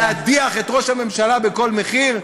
להדיח את ראש הממשלה בכל מחיר?